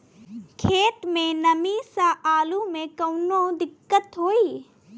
खेत मे नमी स आलू मे कऊनो दिक्कत होई?